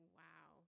wow